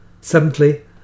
Seventhly